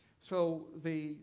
so the